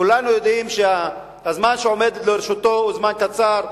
כולנו יודעים שהזמן שעומד לרשותו הוא זמן קצר,